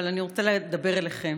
אבל אני רוצה לדבר אליכם.